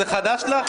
זה חדש לך?